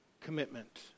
commitment